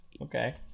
Okay